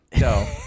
No